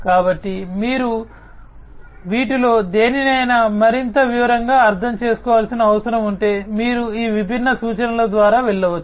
కాబట్టి మీరు వీటిలో దేనినైనా మరింత వివరంగా అర్థం చేసుకోవాల్సిన అవసరం ఉంటే మీరు ఈ విభిన్న సూచనల ద్వారా వెళ్ళవచ్చు